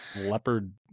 leopard